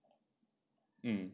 mm